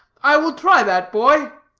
i will try that boy.